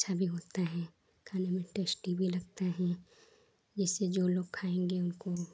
अच्छी भी होती है खाने में टेस्टी भी लगती है जिससे जो लोग खाएँगे उनको